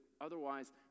otherwise